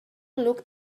looked